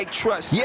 trust